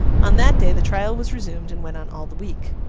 on that day, the trial was resumed, and went on all the week.